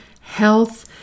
health